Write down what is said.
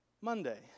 Monday